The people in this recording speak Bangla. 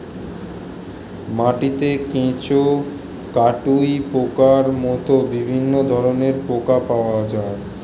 মাটিতে কেঁচো, কাটুই পোকার মতো বিভিন্ন ধরনের পোকা পাওয়া যায়